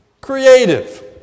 creative